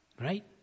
Right